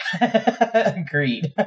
Agreed